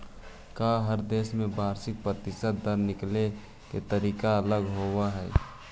का हर देश में वार्षिक प्रतिशत दर निकाले के तरीका अलग होवऽ हइ?